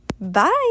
Bye